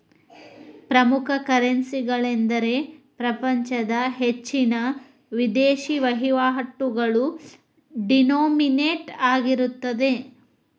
ಪ್ರಮುಖ ಕರೆನ್ಸಿಗಳೆಂದರೆ ಪ್ರಪಂಚದ ಹೆಚ್ಚಿನ ವಿದೇಶಿ ವಹಿವಾಟುಗಳು ಡಿನೋಮಿನೇಟ್ ಆಗಿರುತ್ತವೆ